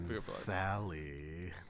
Sally